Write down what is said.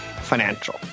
Financial